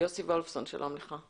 ידי המדען הראשי של משרד החקלאות.